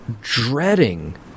dreading